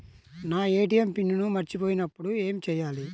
నా ATM pin మరచిపోయినప్పుడు ఏమి చేయాలి?